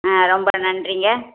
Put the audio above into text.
ஆ ரொம்ப நன்றிங்க